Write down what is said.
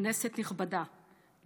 כנסת נכבדה,